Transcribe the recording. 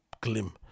glim